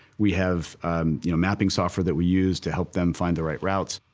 we have mapping software that we use to help them find the right routes.